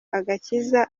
agakiza